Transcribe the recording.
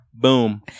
Boom